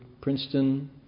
Princeton